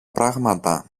πράγματα